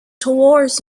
towards